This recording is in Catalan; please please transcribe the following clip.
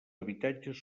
habitatges